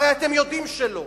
הרי אתם יודעים שלא.